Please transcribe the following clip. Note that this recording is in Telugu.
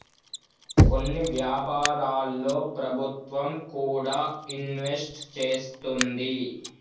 కొన్ని వ్యాపారాల్లో ప్రభుత్వం కూడా ఇన్వెస్ట్ చేస్తుంది